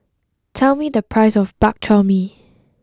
tell me the price of Bak Chor Mee